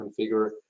configure